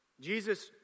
Jesus